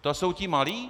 To jsou ti malí?